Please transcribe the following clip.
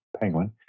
Penguin